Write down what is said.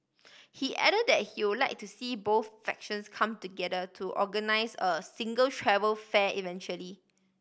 he add that he would like to see both factions come together to organise a single travel fair eventually